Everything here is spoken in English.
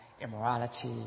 Immorality